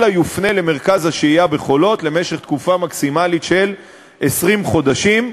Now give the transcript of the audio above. אלא יופנה למרכז השהייה ב"חולות" למשך תקופה מקסימלית של 20 חודשים.